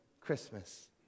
Christmas